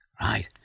Right